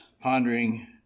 pondering